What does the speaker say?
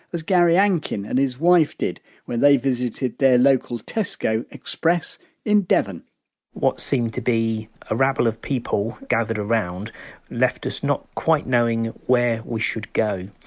as gary ankin and his wife did when they visited their local tesco express in devon what seemed to be a rabble of people gathered around left us not quite knowing where we should go.